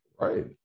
Right